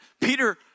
Peter